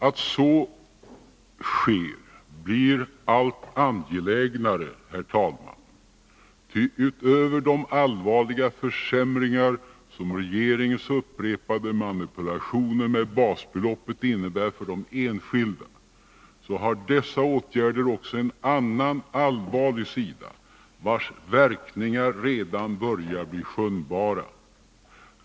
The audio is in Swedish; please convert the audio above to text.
Att så sker blir allt angelägnare, herr talman, ty utöver de allvarliga försämringar som regeringens upprepade manipulationer med basbeloppet innebär för de enskilda, så har dessa åtgärder också en annan allvarlig sida, vars verkningar redan börjar bli skönjbara.